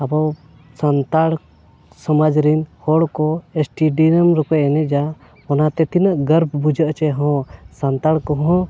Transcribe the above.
ᱟᱵᱚ ᱥᱟᱱᱛᱟᱲ ᱥᱚᱢᱟᱡᱽ ᱨᱮᱱ ᱦᱚᱲ ᱠᱚ ᱮᱥᱴᱮᱰᱤᱭᱮᱢ ᱨᱮᱯᱮ ᱮᱱᱮᱡᱟ ᱚᱱᱟᱛᱮ ᱛᱤᱱᱟᱹᱜ ᱜᱟᱨᱵ ᱵᱩᱡᱷᱟᱹᱜᱼᱟ ᱪᱮ ᱦᱚᱸ ᱥᱟᱱᱛᱟᱲ ᱠᱚᱦᱚᱸ